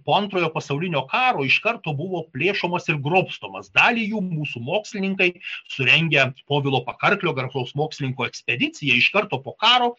po antrojo pasaulinio karo iš karto buvo plėšomas ir grobstomas dalį jų mūsų mokslininkai surengę povilo pakarklio garsaus mokslininko ekspedicija iš karto po karo